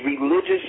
religious